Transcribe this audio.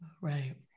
Right